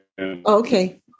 Okay